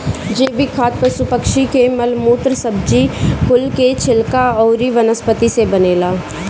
जैविक खाद पशु पक्षी के मल मूत्र, सब्जी कुल के छिलका अउरी वनस्पति से बनेला